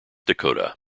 dakota